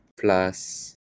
plus